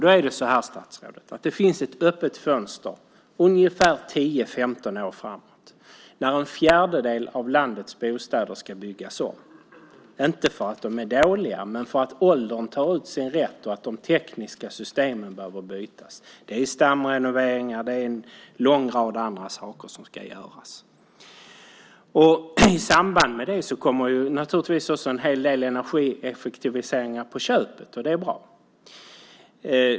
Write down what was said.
Då är det så här, statsrådet, att det finns ett öppet fönster ungefär 10-15 år framåt när en fjärdedel av landets bostäder ska byggas om, inte för att de är dåliga men för att åldern tar ut sin rätt och för att de tekniska systemen behöver bytas. Det är stamrenoveringar. Det är en lång rad andra saker som ska göras. I samband med det kommer naturligtvis också en hel del energieffektiviseringar på köpet. Det är bra.